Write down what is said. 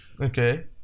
okay